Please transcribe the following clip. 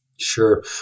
Sure